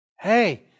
Hey